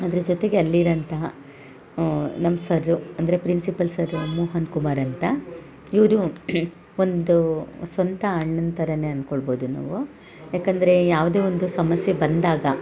ಅದ್ರ ಜೊತೆಗೆ ಅಲ್ಲಿರೋಂತಹ ನಮ್ಮ ಸರ್ರು ಅಂದರೆ ಪ್ರಿನ್ಸಿಪಲ್ ಸರ್ರು ಮೋಹನ್ ಕುಮಾರ್ ಅಂತ ಇವರು ಒಂದು ಸ್ವಂತ ಅಣ್ಣನ ಥರವೇ ಅಂದ್ಕೊಳ್ಬೋದು ನಾವು ಯಾಕಂದರೆ ಯಾವುದೇ ಒಂದು ಸಮಸ್ಯೆ ಬಂದಾಗ